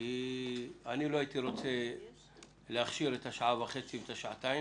כי אני לא הייתי רוצה להכשיר את השעה וחצי ואת השעתיים.